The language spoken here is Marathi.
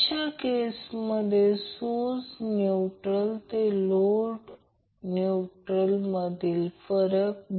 आणि जर त्याचप्रमाणे सरलीकृत केले तर ते त्याच प्रकारे √ 3 अँगल 30° होईल